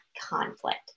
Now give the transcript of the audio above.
conflict